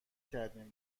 کردیم